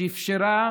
שאפשרה